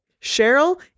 Cheryl